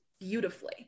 beautifully